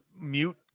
mute